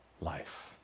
life